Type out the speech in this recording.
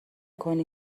کنی